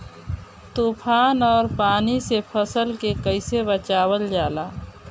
तुफान और पानी से फसल के कईसे बचावल जाला?